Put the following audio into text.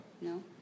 No